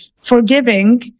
forgiving